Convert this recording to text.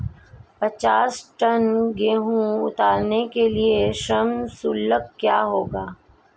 पचास टन गेहूँ उतारने के लिए श्रम शुल्क क्या होगा?